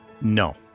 No